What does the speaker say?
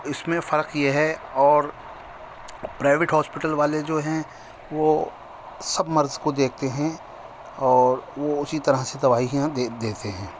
اس میں فرق یہ ہے اور پرائیوٹ ہاسپٹل والے جو ہیں وہ سب مرض کو دیکھتے ہیں اور وہ اسی طرح سے دوائیاں دے دیتے ہیں